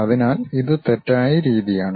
അതിനാൽ ഇത് തെറ്റായ രീതിയാണ്